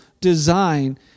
design